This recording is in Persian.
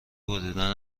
بریدن